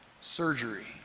surgery